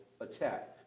attack